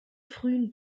frühen